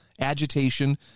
agitation